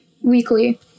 weekly